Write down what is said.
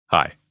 Hi